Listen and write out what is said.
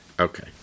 Okay